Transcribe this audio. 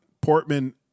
Portman